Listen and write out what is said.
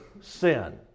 sin